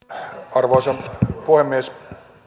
arvoisa puhemies